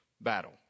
battle